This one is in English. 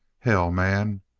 hell, man!